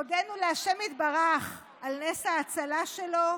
הודינו לה' יתברך על נס ההצלה שלו,